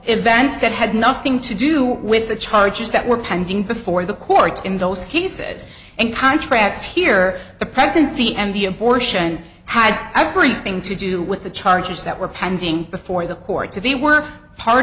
events that had nothing to do with the charges that were pending before the courts in those cases and contrast here the pregnancy and the abortion had everything to do with the charges that were pending before the court to be were part